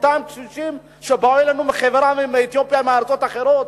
אותם קשישים שבאים מאתיופיה ומארצות אחרות,